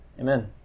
Amen